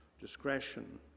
discretion